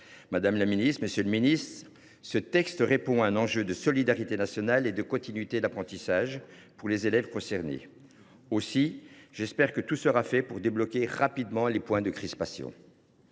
Madame, monsieur les ministres, ce texte répond à un enjeu de solidarité nationale et de continuité d’apprentissage pour les élèves concernés. Aussi, j’espère que tout sera fait pour débloquer rapidement les points de crispation.